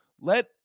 Let